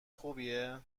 خوبیه